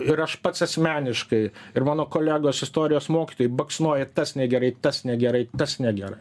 ir aš pats asmeniškai ir mano kolegos istorijos mokytojai baksnojo tas negerai tas negerai tas negerai